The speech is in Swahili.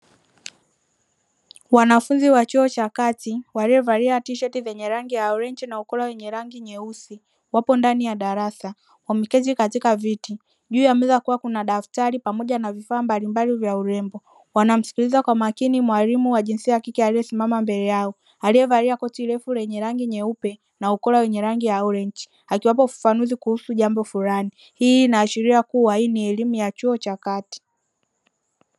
Wanafunzi wa chuo cha kati waliovalia tishirt zenye rangi ya orenji na ukora wenye rangi nyeusi wapo ndani ya darasa wameketi katika viti, juu ya meza kuna daftari pamoja na vifaa mbalimbali vya urembo wanaomsikiliza kwa makini mwalimu wa jinsia ya kike aliyesimama mbele yao, aliyevalia koti refu lenye rangi nyeupe na ukora wenye rangi ya orenji akiwapa ufafanuzi kuhusu jambo fulani hii inaashiria kuwa hii ni elimu ya chuo cha kati.